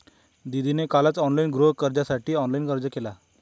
दीदीने कालच ऑनलाइन गृहकर्जासाठी अर्ज केला